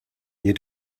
you